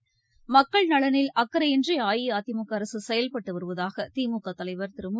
நி மக்கள் நலனில் அக்கறையின்றிஅஇஅதிமுகஅரசுசெயல்பட்டுவருவதாகதிமுகதலைவர் திருமு